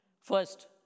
First